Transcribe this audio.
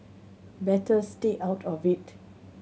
better stay out of it